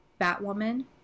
Batwoman